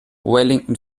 wellington